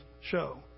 show